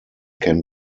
can